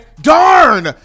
darn